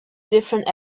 different